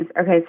Okay